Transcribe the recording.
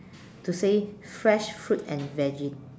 to say fresh fruits and veggie